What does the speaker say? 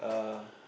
uh